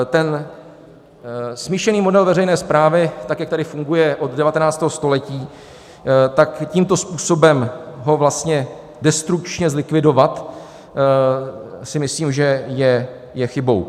Ten smíšený model veřejné správy, tak jak tady funguje od 19. století, tímto způsobem ho vlastně destrukčně zlikvidovat, si myslím, že je chybou.